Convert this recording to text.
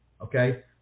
okay